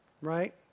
Right